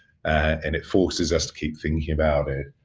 and it enforces us to keep thinking about it.